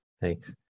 Thanks